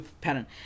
pattern